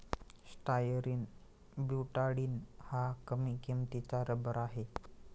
styrene butadiene हा कमी किंमतीचा रबर आहे